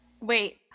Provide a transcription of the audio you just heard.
Wait